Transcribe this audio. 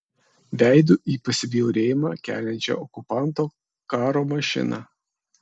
veidu į pasibjaurėjimą keliančią okupanto karo mašiną